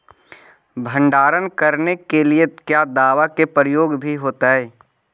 भंडारन करने के लिय क्या दाबा के प्रयोग भी होयतय?